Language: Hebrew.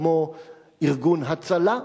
כמו ארגון "הצלה",